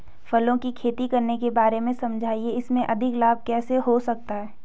फूलों की खेती करने के बारे में समझाइये इसमें अधिक लाभ कैसे हो सकता है?